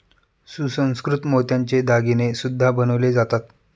सुसंस्कृत मोत्याचे दागिने सुद्धा बनवले जातात